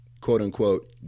quote-unquote